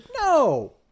no